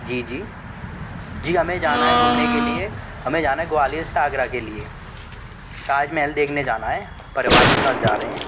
जी जी जी हमें जाना है घूमने के लिए हमें जाना है ग्वालीयर से आगरा के लिए ताज मेहल देखने जाना है परिवार के साथ जा रहे हैं